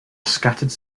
scattered